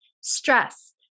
stress